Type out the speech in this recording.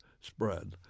spread